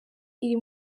iri